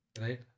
Right